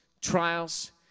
trials